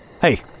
Hey